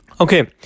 okay